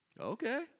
Okay